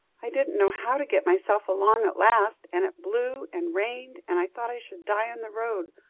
i didn't know how to get myself along at last and it blew and rained, and i thought i should die on the road.